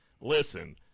listen –